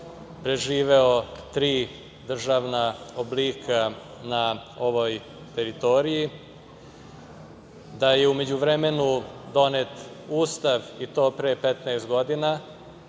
preživeo tri državna oblika na ovoj teritoriji, da je u međuvremenu donet Ustav i to pre 15 godina,